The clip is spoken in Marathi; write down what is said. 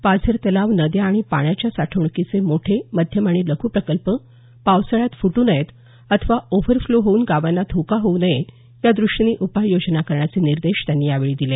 पाझर तलाव नद्या आणि पाण्याच्या साठवणुकीचे मोठे मध्यम आणि लघु प्रकल्प पावसाळ्यात फुटू नयेत अथवा ओव्हरफ्लो होऊन गावांना धोका होऊ नये याद्रष्टीने उपाययोजना करण्याचे निर्देश त्यांनी यावेळी दिले